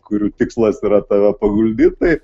kurių tikslas yra tave paguldyt tai